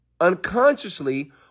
unconsciously